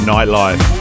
Nightlife